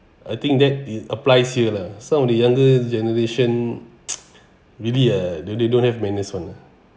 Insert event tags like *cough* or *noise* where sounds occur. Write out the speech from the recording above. I think that it applies here lah some of the younger generation *noise* really uh they they don't have manners [one]